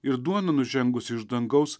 ir duona nužengusi iš dangaus